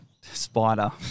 spider